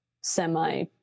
semi